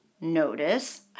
notice